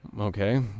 Okay